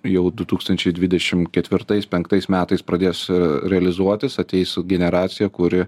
jau du tūkstančiai dvidešim ketvirtais penktais metais pradės realizuotis ateis generacija kuri